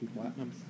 platinum